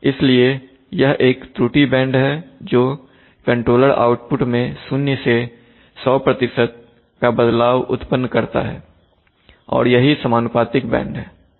इसलिए यह एक त्रुटि का बैंड है जो कंट्रोलर आउटपुट में 0 से 100 का बदलाव उत्पन्न करता है और यही समानुपातिक बैंड है ठीक है